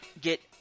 get